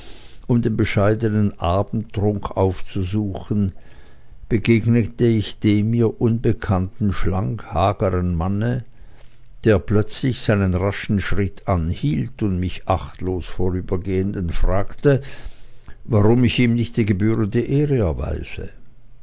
um den bescheidenen abendtrunk aufzusuchen begegnete ich dem mir unbekannten schlank hagern manne der plötzlich seinen raschen schritt anhielt und mich achtlos vorübergehenden fragte warum ich ihm nicht die gebührende ehre erweise